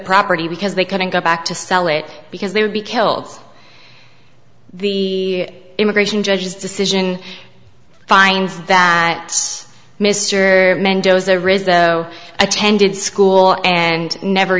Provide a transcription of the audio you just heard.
property because they couldn't go back to sell it because they would be killed the immigration judge's decision finds that mr mendoza risen so attended school and never